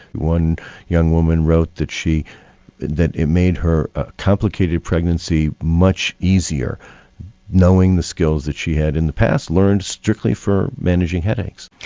one young woman wrote that that it made her complicated pregnancy much easier knowing the skills that she had in the past learned strictly for managing headaches.